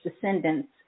descendants